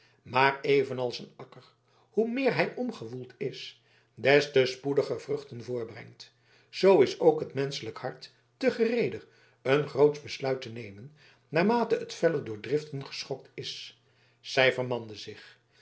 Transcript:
maar evenals een akker hoe meer hij omgewoeld is des te spoediger vruchten voortbrengt zoo is ook het menschelijk hart te gereeder een grootsch besluit te nemen naarmate het feller door driften geschokt is zij vermande zich